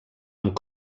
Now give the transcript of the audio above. amb